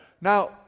Now